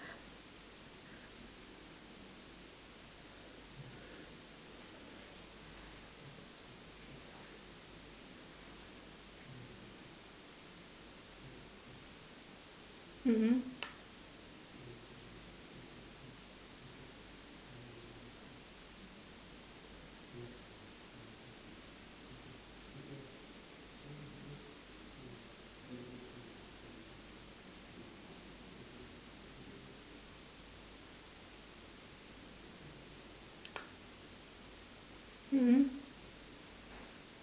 mm mm mm mm